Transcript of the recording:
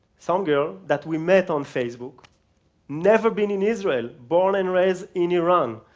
some girl that we met on facebook never been in israel, born and raised in iran,